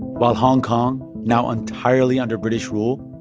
while hong kong, now entirely under british rule,